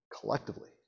Collectively